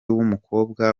w’umukobwa